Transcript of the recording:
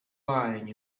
lying